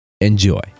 Enjoy